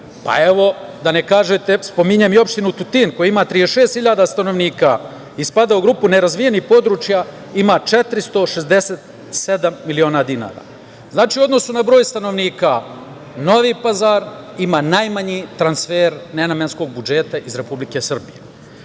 Evo, da ne kažete, spominjem i opštinu Tutin, koja ima 36.000 stanovnika i spada u grupu nerazvijenih područja i ima 467 miliona dinara. Znači, u odnosu na broj stanovnika, Novi Pazar ima najmanji transfer nenamenskog budžeta iz Republike Srbije.